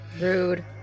rude